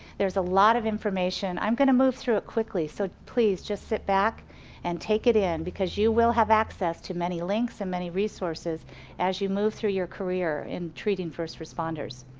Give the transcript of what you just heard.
there's a lot of information, i'm going to move through it quickly so please just sit back and take it in. because you will have access to many links and many resources as you move through your career in treating first responders.